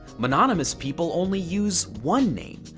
mononymous people only use one name.